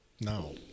No